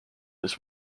his